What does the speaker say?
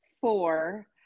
four